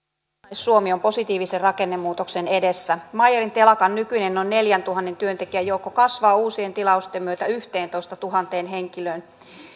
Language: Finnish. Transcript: suomi on positiivisen rakennemuutoksen edessä meyerin telakan nykyinen noin neljäntuhannen työntekijän joukko kasvaa uusien tilausten myötä yhteentoistatuhanteen henkilöön